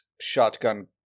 shotgun